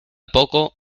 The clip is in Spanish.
poco